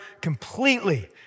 completely